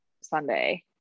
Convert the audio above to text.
Sunday